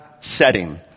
setting